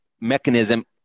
mechanism